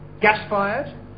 gas-fired